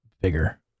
bigger